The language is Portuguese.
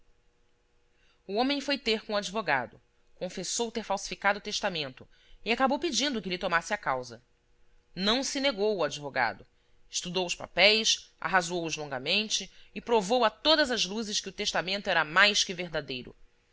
o homem foi ter com o advogado confessou ter falsificado o testamento e acabou pedindo que lhe tomasse a causa não se negou o advogado estudou os papéis arrazoou longamente e provou a todas as luzes que o testamento era mais que verdadeiro